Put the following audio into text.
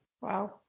Wow